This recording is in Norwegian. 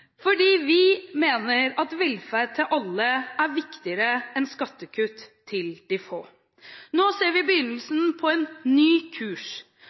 fordi vi mener at velferd til alle er viktigere enn skattekutt til de få. Nå ser vi begynnelsen på en ny kurs.